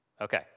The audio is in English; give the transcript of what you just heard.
Okay